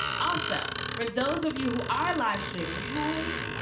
also, for those of you who are livestreaming, hey!